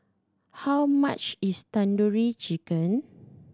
how much is Tandoori Chicken